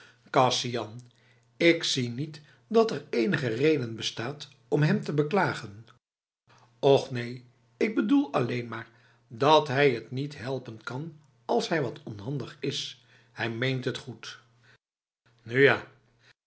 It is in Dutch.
kasian ik zie niet dat er enige reden bestaat om hem te beklagen och neen ik bedoel alleen maar dat hij t niet helpen kan als hij wat onhandig is hij meent het goed nu ja